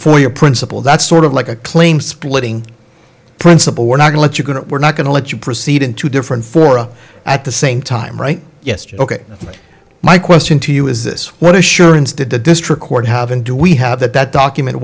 for your principle that's sort of like a claim splitting principle we're not to let you go to we're not going to let you proceed in two different fora at the same time right yesterday ok my question to you is this what assurance did the district court have and do we have that that document